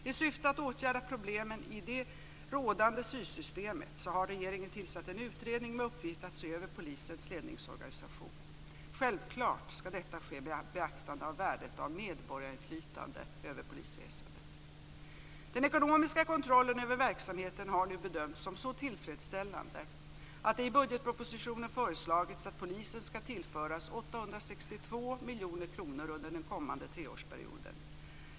I syfte att åtgärda problemen i det rådande styrsystemet har regeringen tillsatt en utredning med uppgift att se över polisens ledningsorganisation. Självfallet skall detta ske med beaktande av värdet av medborgarinflytande över polisväsendet. Den ekonomiska kontrollen över verksamheten har nu bedömts som så tillfredsställande att det i budgetpropositionen föreslagits att polisen skall tillföras 862 miljoner kronor under den kommande treårsperioden.